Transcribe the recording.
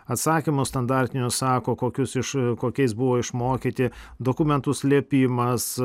atsakymas standartinius sako kokius iš kokiais buvo išmokyti dokumentų slėpimas